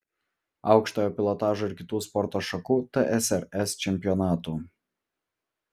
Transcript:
aukštojo pilotažo ir kitų sporto šakų tsrs čempionatų